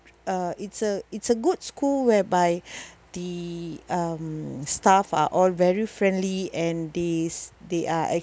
uh it's a it's a good school whereby the um staff are all very friendly and they's they are